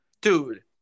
Dude